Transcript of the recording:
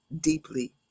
deeply